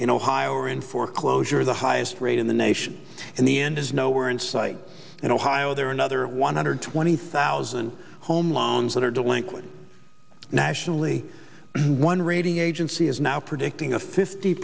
in ohio are in foreclosure the highest rate in the nation and the end is nowhere in sight in ohio there are another one hundred twenty thousand home loans that are delinquent nationally and one rating agency is now predicting a fifty